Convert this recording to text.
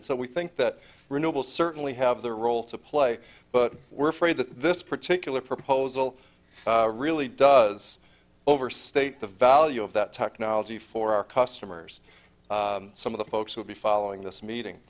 and so we think that renewable certainly have their role to play but were afraid that this particular proposal really does overstate the value of that technology for our customers some of the folks will be following this